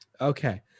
Okay